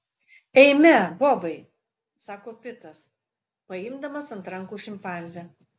eime bobai sako pitas paimdamas ant rankų šimpanzę